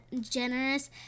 generous